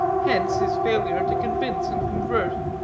hence his failure to convince and convert.